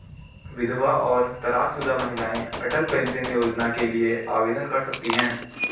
विधवा और तलाकशुदा महिलाएं अटल पेंशन योजना के लिए आवेदन कर सकती हैं